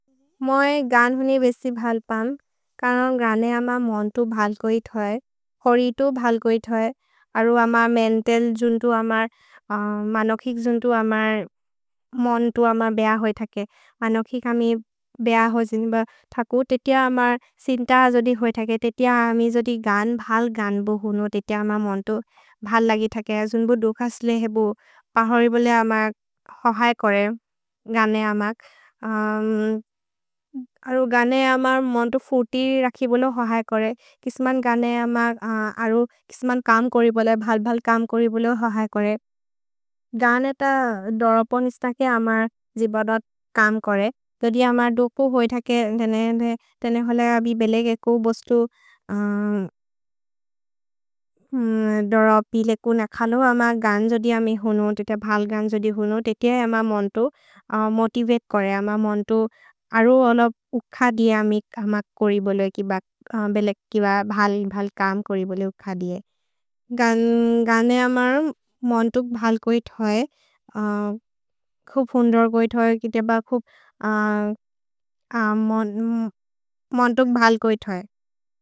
मोइ गान् हुनि बेसि भल्पम्, करन् गाने अम मोन्तु भल्कोइत् होइ। होरि तु भल्कोइत् होइ। अरु अम मेन्तल् जुन्तो, अम मनोकिक् जुन्तो, अम मोन्तु अम बेअ होइ थके। मनोकिक् अमि बेअ होजिनि ब थकु, ते ते अम सिन्त जोदि होइ थके। ते ते अमि जोदि गान् भल् गान्बो हुनो, ते ते अम मोन्तु भल् लगि थके। अजुन्बु दुखस् लेहेबु, पहोरि बोले अम होहए कोरे गाने अमक्। अरु गाने अम मोन्तु फुति रखि बोले होहए कोरे। किस्मन् गाने अम अरु किस्मन् कम् कोरि बोले, भल्-भल् कम् कोरि बोले होहए कोरे। गाने थ दोरपनिस्त के अम जिबदत् कम् कोरे। जोदि अम दोकु होइ थके, तेने होल अबि बेलेगेकु, बोस्तु दोरपि लेकु नखलो। अम गान् जोदि अमि हुनो, ते ते भल् गान् जोदि हुनो, ते ते अम मोन्तु मोतिवते कोरे, अम मोन्तु अरु होलो उख दिय अमि कमक् कोरि बोले, किब बेलेग्, किब भल्-भल् कम् कोरि बोले उख दिय। गाने अम मोन्तु भल् कोइ थवे, खुब् हुन्दोर् कोइ थवे, कित ब खुब् मोन्तु भल् कोइ थवे।